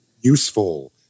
useful